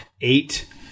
eight